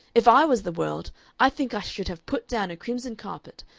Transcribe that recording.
if i was the world i think i should have put down a crimson carpet,